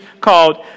called